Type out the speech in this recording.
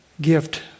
gift